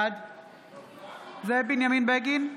בעד זאב בנימין בגין,